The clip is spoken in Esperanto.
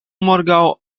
morgaŭ